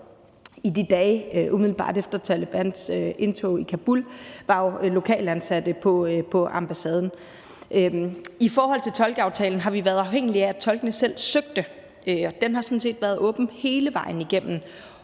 i de dage umiddelbart efter Talebans indtog i Kabul, var jo lokalansatte på ambassaden. I forhold til tolkeaftalen har vi været afhængige af, at tolkene selv søgte, og den har sådan set været åben hele vejen igennem.